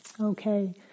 Okay